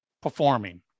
performing